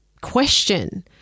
question